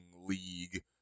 league